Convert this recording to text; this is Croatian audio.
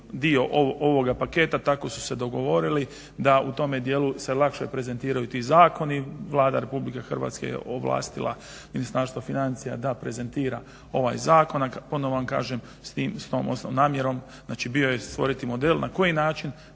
dio ovoga paketa tako su se odgovorili da u tome dijelu se lakše prezentiraju ti zakoni. Vlada RH je ovlastila Ministarstvo financija da prezentira ovaj zakon. Ponovo vam kažem s tom namjerom, znači bio je stvoriti model na koji način